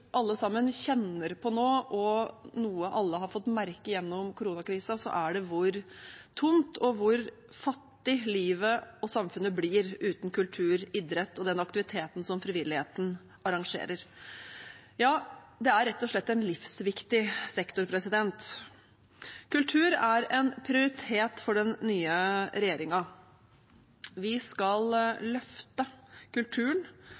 alle sammen kjenner på nå, og noe alle har fått merke gjennom koronakrisen, er det hvor tungt og fattig livet og samfunnet blir uten kultur, idrett og den aktiviteten som frivilligheten arrangerer. Ja, det er rett og slett en livsviktig sektor. Kultur er en prioritet for den nye regjeringen. Vi skal løfte kulturen.